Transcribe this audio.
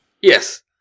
Yes